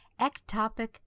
Ectopic